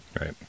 Right